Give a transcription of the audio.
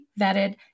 vetted